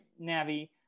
Navi